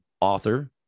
author